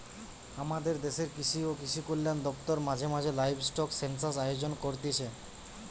আমদের দেশের কৃষি ও কৃষিকল্যান দপ্তর মাঝে মাঝে লাইভস্টক সেনসাস আয়োজন করতিছে